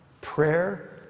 prayer